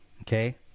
okay